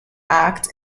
act